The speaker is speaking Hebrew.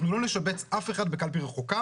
אנחנו לא נשבץ אף אחד בקלפי רחוקה,